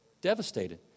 Devastated